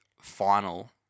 final